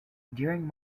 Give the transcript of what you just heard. during